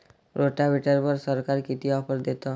रोटावेटरवर सरकार किती ऑफर देतं?